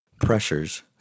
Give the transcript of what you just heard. pressures